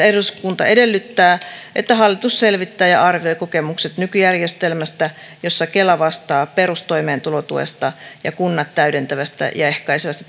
eduskunta edellyttää että hallitus selvittää ja ja arvioi kokemukset nykyjärjestelmästä jossa kela vastaa perustoimeentulotuesta ja kunnat täydentävästä ja ehkäisevästä